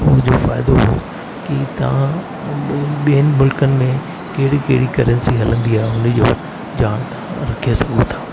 उहो जो फ़ाइदो हुओ की तव्हां ऐं ॿिए ॿियनि मुल्कनि में कहिड़ी कहिड़ी करैंसी हलंदी आहे हुन जूं ॼाण तव्हां रखे सघो था